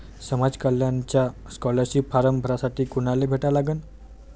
समाज कल्याणचा scholarship form भरासाठी कुनाले भेटा लागन?